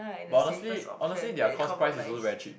but honestly honestly their cost price is also very cheap